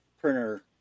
printer